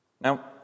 Now